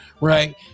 right